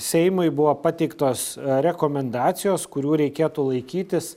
seimui buvo pateiktos rekomendacijos kurių reikėtų laikytis